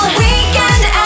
weekend